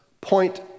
Point